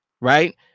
Right